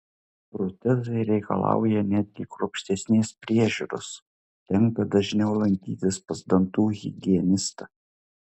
protezai reikalauja netgi kruopštesnės priežiūros tenka dažniau lankytis pas dantų higienistą